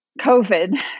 COVID